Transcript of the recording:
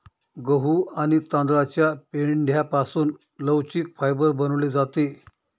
गहू आणि तांदळाच्या पेंढ्यापासून लवचिक फायबर बनवले जाते